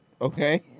okay